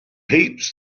heaps